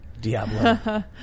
Diablo